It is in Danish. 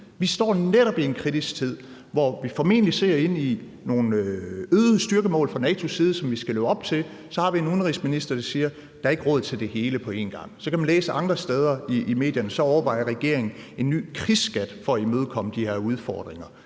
Vi står netop i en kritisk tid, hvor vi formentlig ser ind i nogle øgede styrkemål fra NATO's side, som vi skal leve op til. Og så har vi en udenrigsminister, der siger: Der er ikke råd til det hele på en gang. Man kan så læse andre steder i medierne, at regeringen så overvejer en ny krigsskat for at imødekomme de her udfordringer,